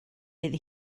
fydd